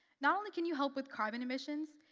not only can you help with carbon emissions,